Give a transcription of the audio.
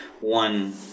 one